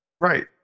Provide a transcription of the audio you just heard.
right